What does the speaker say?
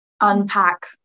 unpack